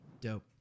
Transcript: Dope